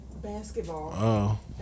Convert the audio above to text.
Basketball